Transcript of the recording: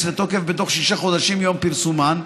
לתוקף בתוך שישה חודשים מיום פרסומן,